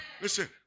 Listen